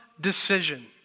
decision